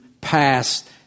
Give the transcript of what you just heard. past